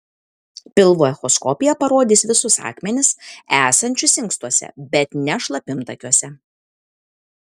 pilvo echoskopija parodys visus akmenis esančius inkstuose bet ne šlapimtakiuose